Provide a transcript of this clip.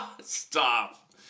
Stop